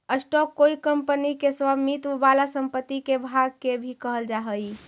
stock कोई company के स्वामित्व वाला संपत्ति के भाग के भी कहल जा हई